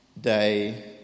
day